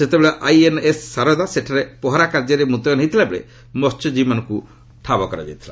ସେତେବେଳେ ଆଇଏନ୍ଏସ୍ ଶାରଦା ସେଠାରେ ପହରା କାର୍ଯ୍ୟର ମୁତୟନ ହୋଇଥିବାବେଳେ ମହ୍ୟକ୍ତୀବୀମାନଙ୍କୁ ଠାବ କରାଯାଇଥିଲା